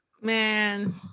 man